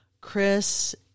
chris